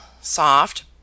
soft